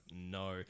no